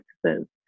practices